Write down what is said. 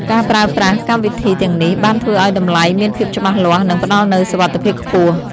ការប្រើប្រាស់កម្មវិធីទាំងនេះបានធ្វើឱ្យតម្លៃមានភាពច្បាស់លាស់និងផ្តល់នូវសុវត្ថិភាពខ្ពស់។